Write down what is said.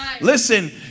Listen